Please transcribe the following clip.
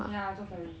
yeah 坐 ferry